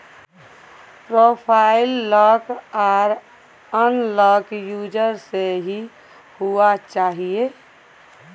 profile lock आर unlock user से ही हुआ चाहिए